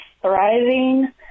thriving